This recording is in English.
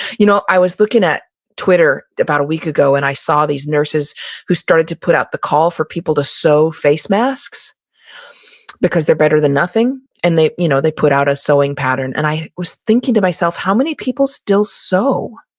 you know i was looking at twitter about a week ago, and i saw these nurses who started to put out the call for people to sew face masks because they're better than nothing and they you know they put out a sewing pattern. and i was thinking to myself, how many people still sew?